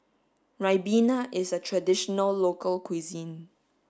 Ribena is a traditional local cuisine